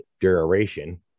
duration